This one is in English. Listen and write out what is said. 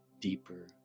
deeper